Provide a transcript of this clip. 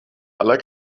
aller